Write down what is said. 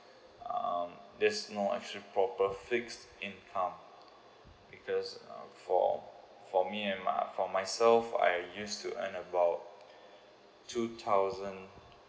um there's no actually proper fixed income because um for for me and my for myself I used to earn about two thousand